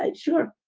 and sure.